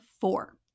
four